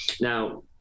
Now